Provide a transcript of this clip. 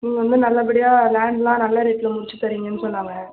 நீங்கள் வந்து நல்லபடியா லேண்ட்லாம் நல்ல ரேட்டில் முடிச்சு தரீங்கன்னு சொன்னாங்க